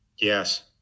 Yes